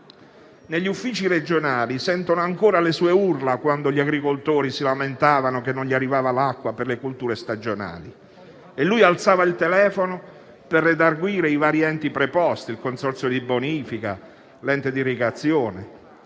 Negli uffici regionali sentono ancora le sue urla quando gli agricoltori si lamentavano che non gli arrivava l'acqua per le colture stagionali e lui alzava il telefono per redarguire i vari enti preposti, il consorzio di bonifica o l'ente di irrigazione.